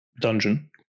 dungeon